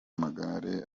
amagare